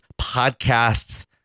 podcasts